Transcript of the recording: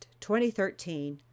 2013